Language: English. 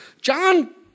John